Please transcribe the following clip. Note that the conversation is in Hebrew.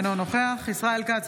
אינו נוכח ישראל כץ,